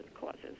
causes